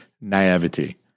naivety